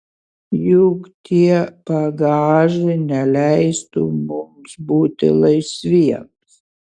juk tie bagažai neleistų mums būti laisviems